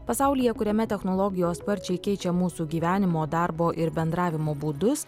pasaulyje kuriame technologijos sparčiai keičia mūsų gyvenimo darbo ir bendravimo būdus